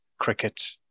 cricket